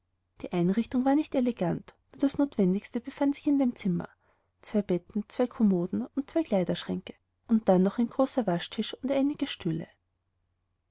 die einrichtung war nicht elegant nur das notwendigste befand sich in dem zimmer zwei betten zwei kommoden und zwei kleiderschränke dann noch ein großer waschtisch und einige stühle